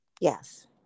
Yes